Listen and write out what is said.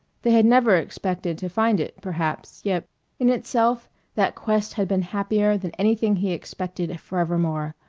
they had never expected to find it, perhaps, yet in itself that quest had been happier than anything he expected forevermore.